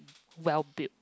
well bit